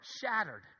shattered